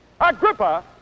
Agrippa